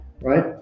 right